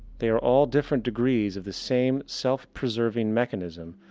they are all different degrees of the same self-preserving mechanism,